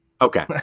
Okay